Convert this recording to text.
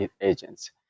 agents